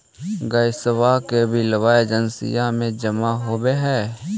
गैसवा के बिलवा एजेंसिया मे जमा होव है?